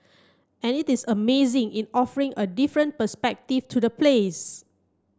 and it is amazing in offering a different perspective to the place